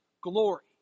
glory